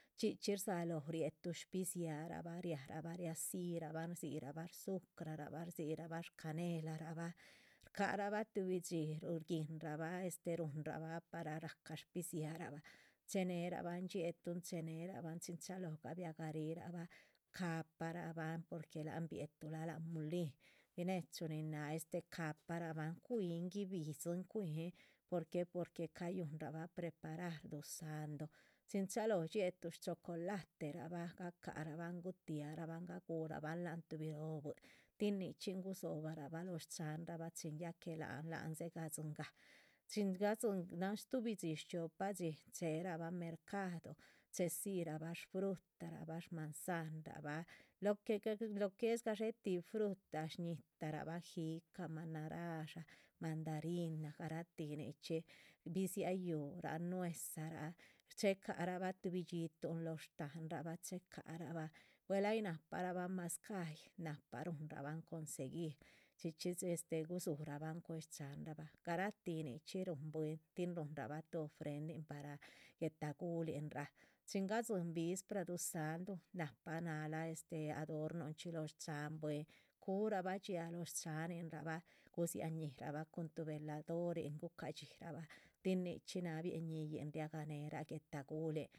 Chxi chxí rdzalóho ruietuh shbidziarabah, lac rabah riazí rabahn rdzírabah rzu´crarabah rdzirabah shcanelarabah, shcáharabah tuhbi dxí shguinrahbah. este ruhunrabah para rahca shbidziára bah chéhe nerabahn dxietuhn chéneheraban chin chalóho guibi garih rabahn ca´parabahn. porque láhan biétuh lac mulin, binechu nin náh este ca´parabahn cuíhin guibidzin cuíhin, porque porque cayúhunrabah preparar duzáhndu, chin chalóho dxietuh. shchocolatera bah gacarahbah gutia rabahn gagurabahn lahan tuhbi róhobwín tin nichxí gudzóhobarabah lóh shchanra bah tin ya que láhan lan dze gadzin gah. chin gadzinan shtuhbi dxí shchiopa dxí cheherabah mercado, chehedzirabah shfrutarabah, shmanzanrabah, lo que es gadxpe tih fruta, shñitarabah, jicama, narasha, mandarina garah tih nichxí, bidziáha yúura, nueza rah, chehé carahbah tuhbi dxítuhn lóho shtáhanrabah chéhe ca´rabah buel ay nahparabah mazcáhyi, nahpara. ruhunraban conseguir, chxí chxí gudzurabahn cuéh este shcháhanrabah garah tih nichxí ruhun bwín tihn ruhunrabah tuh ofrendín para guetaguhlinraa chingadzín. vispra duzáhndu nahpa náhal este, adornonchxí lóho shcháhan bwín, cuhurabah dxiáa lóho shchaninrabah gudzia ñíhirabah cun tuh veladorin gucadxira bah tin nichxí náha bia. ñiyihn ria ganehera guetaguhlin.